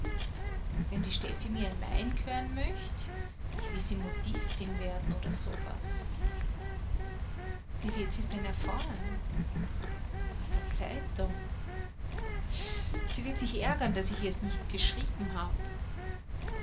wenn die steffi mir allein g'hören möcht ich ließ sie modistin werden oder sowas wie wird sie's denn erfahren aus der zeitung sie wird sich ärgern daß ich ihr's nicht geschrieben hab